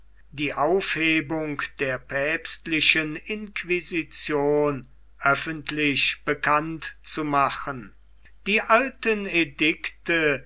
die aufhebung der päpstlichen inquisition öffentlich bekannt zu machen die alten